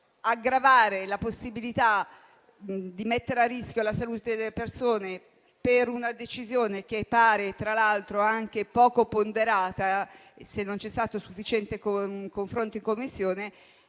aggravare la possibilità di mettere a rischio la salute delle persone con una decisione che pare tra l'altro anche poco ponderata, non essendoci stato un sufficiente confronto in Commissione,